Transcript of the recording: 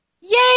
Yay